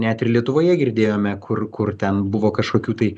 net ir lietuvoje girdėjome kur kur ten buvo kažkokių tai